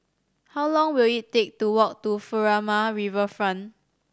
how long will it take to walk to Furama Riverfront